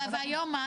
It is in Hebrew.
והיום מה?